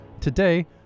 Today